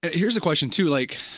here's a question to like